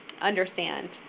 understand